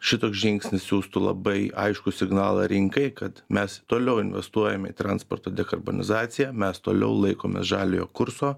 šitoks žingsnis siųstų labai aiškų signalą rinkai kad mes toliau investuojame į transporto dekarbonizaciją mes toliau laikomės žaliojo kurso